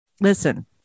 Listen